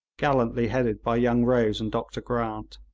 gallantly headed by young rose and dr grant.